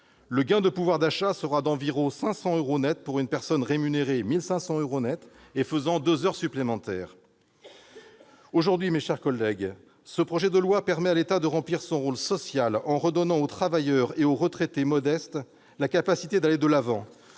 Le gain de pouvoir d'achat sera d'environ 500 euros nets pour une personne rémunérée 1 500 euros nets et faisant deux heures supplémentaires par semaine. Mes chers collègues, ce projet de loi permet aujourd'hui à l'État de remplir son rôle social, en redonnant aux travailleurs et aux retraités modestes la capacité d'aller de l'avant